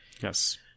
yes